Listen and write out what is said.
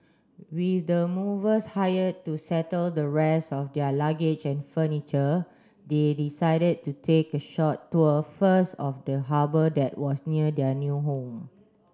with the movers hired to settle the rest of their luggage and furniture they decided to take a short tour first of the harbour that was near their new home